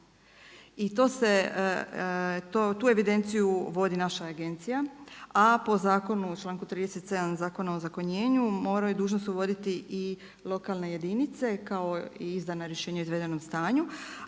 i tu evidenciju vodi naša agencija, a po zakonu u članku 37. Zakona o ozakonjenju moraju dužnost uvoditi i lokalne jedinice kao i izdana rješenja o izvedenom stanju.